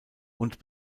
und